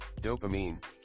Dopamine